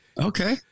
Okay